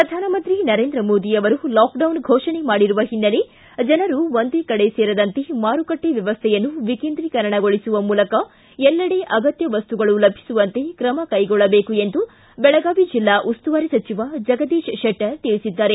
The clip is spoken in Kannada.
ಪ್ರಧಾನಮಂತ್ರಿ ನರೇಂದ್ರ ಮೋದಿ ಅವರು ಲಾಕ್ಡೌನ್ ಫೋಷಣೆ ಮಾಡಿರುವ ಹಿನ್ನೆಲೆ ಜನರು ಒಂದೇ ಕಡೆ ಸೇರದಂತೆ ಮಾರುಕಟ್ಟಿ ವ್ಯವಸ್ಥೆಯನ್ನು ವಿಕೇಂದ್ರೀಕರಣಗೊಳಿಸುವ ಮೂಲಕ ಎಲ್ಲೆಡೆ ಅಗತ್ಯ ವಸ್ತುಗಳು ಲಭಿಸುವಂತೆ ಕ್ರಮ ಕೈಗೊಳ್ಳಬೇಕು ಎಂದು ಬೆಳಗಾವಿ ಜೆಲ್ಲಾ ಉಸ್ತುವಾರಿ ಸಚಿವ ಜಗದೀಶ್ ಶೆಟ್ಟರ್ ತಿಳಿಸಿದ್ದಾರೆ